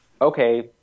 okay